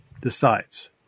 decides